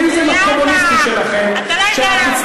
אבל אתם, בשם הפופוליזם הקומוניסטי שלכם, למה?